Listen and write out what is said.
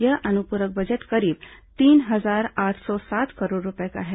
यह अनुपूरक बजट करीब तीन हजार आठ सौ सात करोड़ रूपये का है